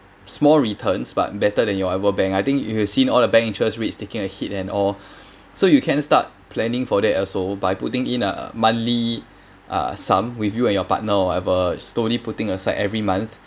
small returns but better than your bank I think you have seen all the bank interest rates taking a hit and all so you can start planning for that also by putting in a monthly uh sum with you and your partner or whatever slowly putting aside every month